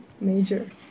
major